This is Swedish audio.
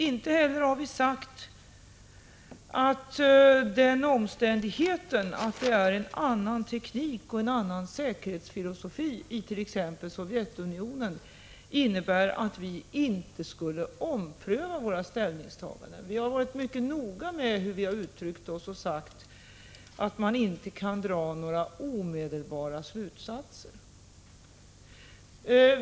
Inte heller har vi sagt att den omständigheten att man i t.ex. i Sovjetunionen har en annan teknik och en annan säkerhetsfilosofi innebär att vi inte skulle ompröva våra ställningstaganden. Vi har varit mycket noga med hur vi uttryckt oss; vi har sagt att man inte kan dra några omedelbara slutsatser.